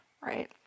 right